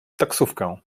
taksówkę